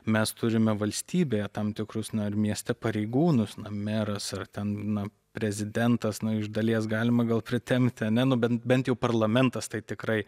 mes turime valstybėje tam tikrus na ar mieste pareigūnus meras ar ten prezidentas na iš dalies galima gal pritempti ar ne nu bent bent jau parlamentas tai tikrai